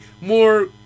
more